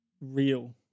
real